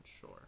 sure